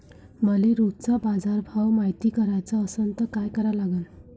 मले रोजचा बाजारभव मायती कराचा असन त काय करा लागन?